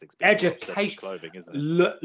Education